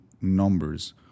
numbers